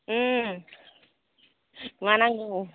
मा नांगौमोन